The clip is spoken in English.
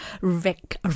Rick